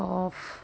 off